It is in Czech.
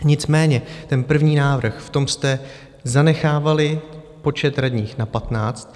Nicméně ten první návrh, v tom jste zanechávali počet radních na 15.